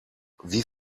wie